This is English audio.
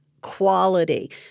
quality